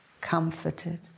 comforted